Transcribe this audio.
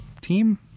team